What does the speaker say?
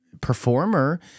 performer